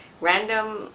random